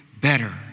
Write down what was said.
better